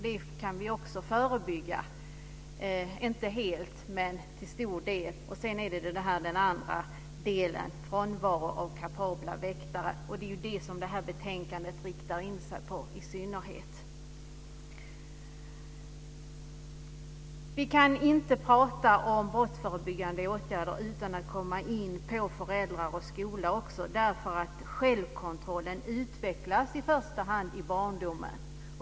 Det kan vi också förebygga, kanske inte helt men till stor del. Sedan har vi detta med frånvaro av kapabla väktare. Det är ju det som det här betänkandet riktar in sig på i synnerhet. Vi kan inte prata om brottsförebyggande åtgärder utan att komma in på föräldrar och skola också. Självkontrollen utvecklas i första hand i barndomen.